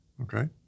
Okay